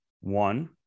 One